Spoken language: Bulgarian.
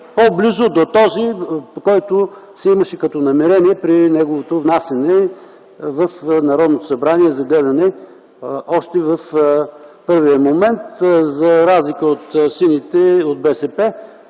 по-близък до този вид, който се имаше като намерение при неговото внасяне в Народното събрание за гледане още в първия момент. За разлика от сините и от БСП,